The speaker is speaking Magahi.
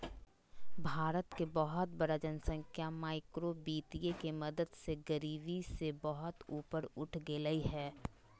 भारत के बहुत बड़ा जनसँख्या माइक्रो वितीय के मदद से गरिबी से बहुत ऊपर उठ गेलय हें